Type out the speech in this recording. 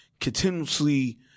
continuously